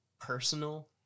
personal